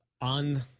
on